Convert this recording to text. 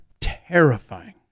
terrifying